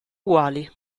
uguali